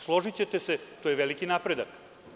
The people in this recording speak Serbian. Složićete se, to je veliki napredak.